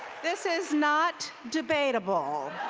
this is not debatable.